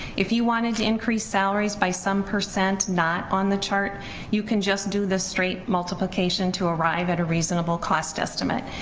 if you wanted to increase salaries by some percent not on the chart you can just do the straight multiplication to arrive at a reasonable cost estimate,